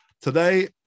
Today